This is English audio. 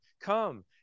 Come